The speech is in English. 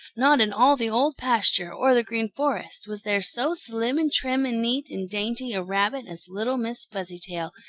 not in all the old pasture, or the green forest, was there so slim and trim and neat and dainty a rabbit as little miss fuzzytail,